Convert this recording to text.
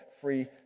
free